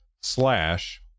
slash